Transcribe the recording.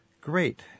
Great